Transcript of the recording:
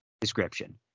description